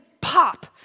pop